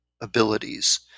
abilities